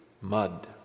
mud